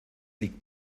liegt